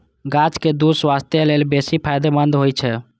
गाछक दूछ स्वास्थ्य लेल बेसी फायदेमंद होइ छै